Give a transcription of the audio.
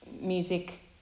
music